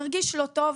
הרגיש לא טוב,